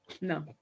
No